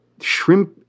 shrimp